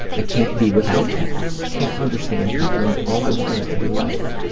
i can't be without people. i can't understand people and all i want is to be loved.